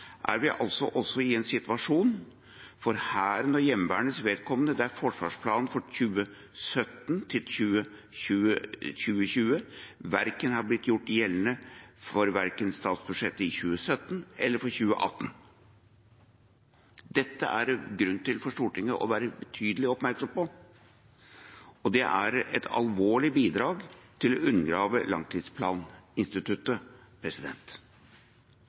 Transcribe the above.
er vi også i en situasjon for Hæren og Heimevernets vedkommende der forsvarsplanen for 2017–2020 ikke er blitt gjort gjeldende for verken statsbudsjettet for 2017 eller for 2018. Dette er det grunn til for Stortinget å være betydelig oppmerksom på. Det er et alvorlig bidrag til å undergrave langtidsplaninstituttet.